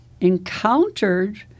encountered